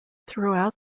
throughout